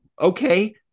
Okay